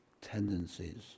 tendencies